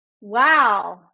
Wow